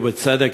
ובצדק,